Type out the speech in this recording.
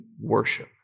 worship